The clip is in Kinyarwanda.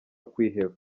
kwiheba